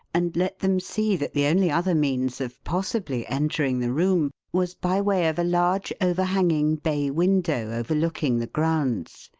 and let them see that the only other means of possibly entering the room was by way of a large overhanging bay window overlooking the grounds.